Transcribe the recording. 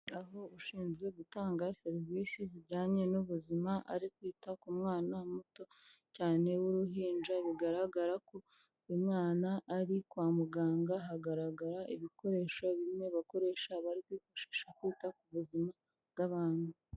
Aho ushinzwe gutanga serivisi zijyanye n'ubuzima ari kwita ku mwana muto cyane w'uruhinja, bigaragara ko uyu mwana ari kwa muganga, hagaragara ibikoresho bimwe bakoresha bari kwita ku buzima bw'abantu.